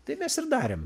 tai mes ir darėm